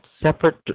separate